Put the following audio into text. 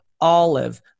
olive